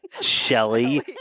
Shelly